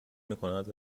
میکند